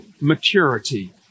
maturity